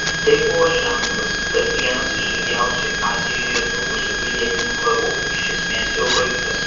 tai buvo ženklas kad vienas iš ilgiausiai azijoje trukusių pilietinių karų iš esmės jau baigtas